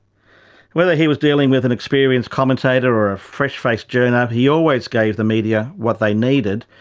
whether he was dealing with an experienced commentator or a freshfaced journo, he always gave the media what they needed,